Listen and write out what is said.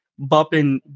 bopping